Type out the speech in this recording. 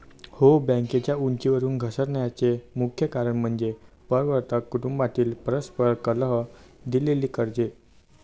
हो, बँकेच्या उंचीवरून घसरण्याचे मुख्य कारण म्हणजे प्रवर्तक कुटुंबातील परस्पर कलह, दिलेली कर्जे